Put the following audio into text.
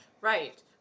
Right